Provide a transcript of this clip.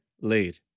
Laid